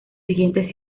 siguientes